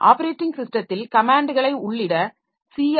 operating ஸிஸ்டத்தில் கமேன்ட்களை உள்ளிட சி